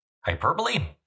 Hyperbole